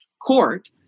court